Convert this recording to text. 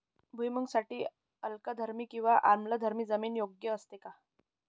भुईमूगासाठी अल्कधर्मी किंवा आम्लधर्मी जमीन योग्य असते का?